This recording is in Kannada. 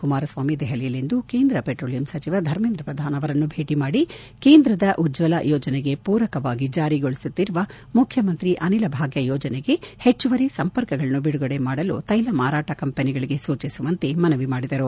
ಕುಮಾರಸ್ವಾಮಿ ದೆಹಲಿಯಲ್ಲಿಂದು ಕೇಂದ್ರ ಪೆಟ್ರೋಲಿಯಂ ಸಚಿವ ಧರ್ಮೇಂದ್ರ ಪ್ರಧಾನ್ ಅವರನ್ನು ಭೇಟ ಮಾಡಿ ಕೇಂದ್ರದ ಉಜ್ವಲಾ ಯೋಜನೆಗೆ ಪೂರಕವಾಗಿ ಜಾರಿಗೊಳಿಸುತ್ತಿರುವ ಮುಖ್ಯಮಂತ್ರಿ ಅನಿಲ ಭಾಗ್ದ ಯೋಜನೆಗೆ ಹೆಚ್ಚುವರಿ ಸಂಪರ್ಕಗಳನ್ನು ಬಿಡುಗಡೆ ಮಾಡಲು ತೈಲ ಮಾರಾಟ ಕಂಪೆನಿಗಳಿಗೆ ಸೂಚಿಸುವಂತೆ ಮನವಿ ಮಾಡಿದರು